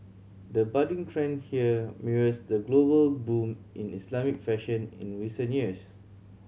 the budding trend here mirrors the global boom in Islamic fashion in recent years